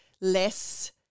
less